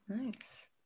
Nice